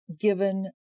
given